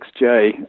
XJ